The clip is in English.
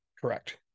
correct